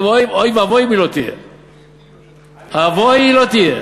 ואוי ואבוי אם היא לא תהיה.